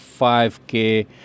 5k